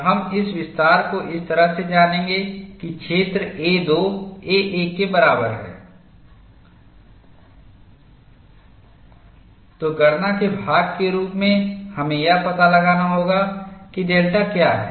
और हम इस विस्तार को इस तरह से जानेंगे कि क्षेत्र A 2 A 1 के बराबर है तो गणना के भाग के रूप में हमें यह पता लगाना होगा कि डेल्टा क्या है